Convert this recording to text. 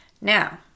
Now